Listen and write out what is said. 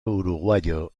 uruguayo